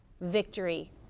victory